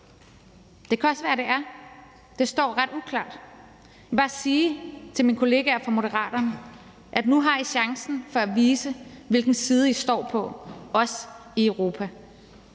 Det kan også være, at det er det – det står ret uklart. Jeg vil bare sige til mine kollegaer fra Moderaterne, at nu har I chancen for at vise, hvilken side I står på, også i Europa.